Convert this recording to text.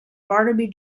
barnaby